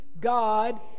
God